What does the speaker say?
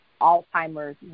Alzheimer's